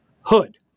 Hood